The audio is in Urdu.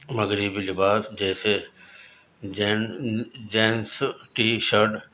مغربی لباس جیسے جینس ٹی شرٹ